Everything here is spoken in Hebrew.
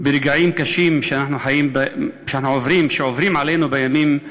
ברגעים קשים שעוברים עלינו בימים האלה,